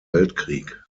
weltkrieg